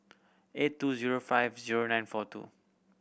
eight two zero five zero nine four two